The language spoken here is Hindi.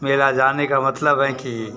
मेला जाने का मतलब हैं कि